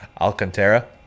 Alcantara